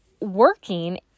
working